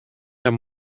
amb